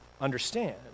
understand